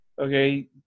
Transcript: okay